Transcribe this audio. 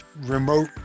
remote